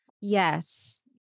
Yes